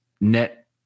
net